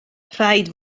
rhaid